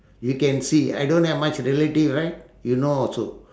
you can see I don't have much relative right you know also